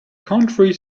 county